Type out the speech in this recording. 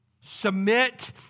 Submit